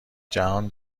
جهان